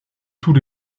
tous